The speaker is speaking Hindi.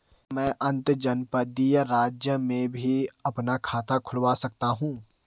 क्या मैं अंतर्जनपदीय राज्य में भी अपना खाता खुलवा सकता हूँ?